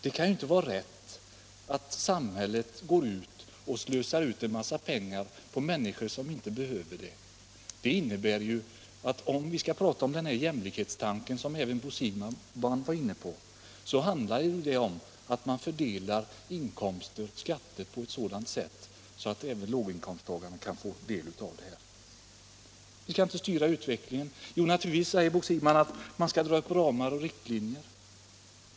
Det kan inte vara rätt att samhället slussar ut en massa pengar till människor som inte behöver dem. Jämlikhetstanken, som även Bo debatt Allmänpolitisk debatt 180 Siegbahn var inne på, handlar om att man fördelar inkomster och skatter på ett sådant sätt att även låginkomsttagarna kan få del av resurserna. Vi skall inte styra utvecklingen, men man skall dra upp ramar och riktlinjer, säger Bo Siegbahn.